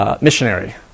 missionary